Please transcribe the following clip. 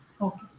Okay